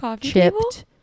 chipped